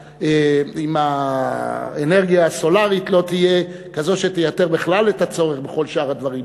האם האנרגיה הסולרית לא תהיה כזאת שתייתר בכלל את הצורך בכל שאר הדברים.